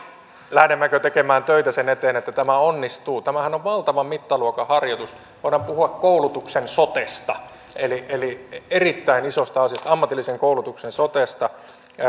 lähdemmekö tekemään töitä sen eteen että tämä onnistuu tämähän on valtavan mittaluokan harjoitus voidaan puhua koulutuksen sotesta eli eli erittäin isosta asiasta ammatillisen koulutuksen sotesta